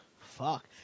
fuck